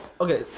okay